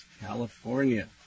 California